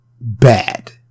bad